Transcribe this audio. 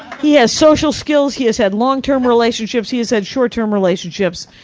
he has social skills, he has had long-term relationships, he has had short-term relationships,